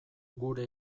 gure